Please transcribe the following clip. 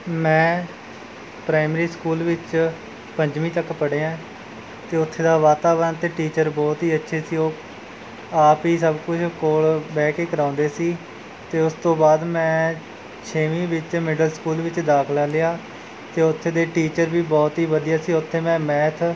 ਮੈਂ primary school ਵਿੱਚ ਪੰਜਵੀਂ ਤੱਕ ਪੜ੍ਹਿਐਂ ਅਤੇ ਉੱਥੇ ਦਾ ਵਾਤਾਵਰਨ ਅਤੇ ਟੀਚਰ ਬਹੁਤ ਹੀ ਅੱਛੇ ਸੀ ਉਹ ਆਪ ਹੀ ਸਭ ਕੁੱਝ ਕੋਲ਼ ਬਹਿ ਕੇ ਕਰਾਉਂਦੇ ਸੀ ਅਤੇ ਉਸ ਤੋਂ ਬਾਅਦ ਮੈਂ ਛੇਵੀਂ ਵਿੱਚ ਮਿਡਲ ਸਕੂਲ ਵਿੱਚ ਦਾਖ਼ਲਾ ਲਿਆ ਅਤੇ ਉੱਥੇ ਦੇ ਟੀਚਰ ਵੀ ਬਹੁਤ ਹੀ ਵਧੀਆ ਸੀ ਉੱਥੇ ਮੈਂ ਮੈਥ